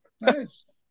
Nice